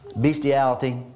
Bestiality